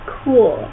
cool